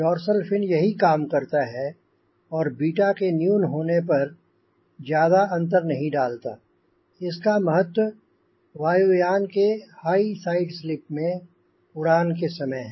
dorsal fin यही काम करता है और बीटा के न्यून होने पर यह ज्यादा अंतर नहीं डालता इसका महत्व वायुयान के हाई साइड स्लिप में उड़ान के समय है